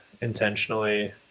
intentionally